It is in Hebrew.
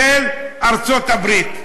של ארצות-הברית.